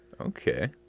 Okay